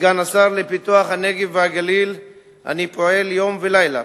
כסגן השר לפיתוח הנגב והגליל אני פועל יום ולילה